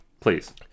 please